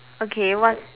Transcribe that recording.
okay what's